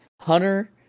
Hunter